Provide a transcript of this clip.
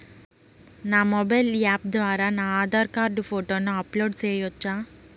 నా mobile app ద్వారా నా ఆధార్ కార్డు ఫోటోను అప్లోడ్ సేయొచ్చా?